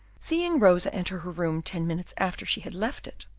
seeing rosa enter her room ten minutes after she had left it,